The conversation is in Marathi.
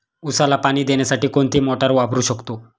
उसाला पाणी देण्यासाठी कोणती मोटार वापरू शकतो?